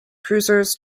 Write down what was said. cruisers